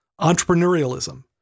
entrepreneurialism